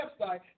website